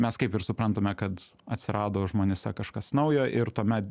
mes kaip ir suprantame kad atsirado žmonėse kažkas naujo ir tuomet